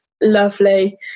lovely